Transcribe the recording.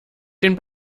den